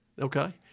Okay